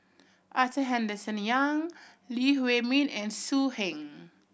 Arthur Henderson Young Lee Huei Min and So Heng